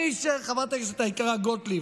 חברת הכנסת היקרה גוטליב,